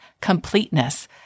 completeness